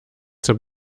zur